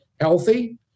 healthy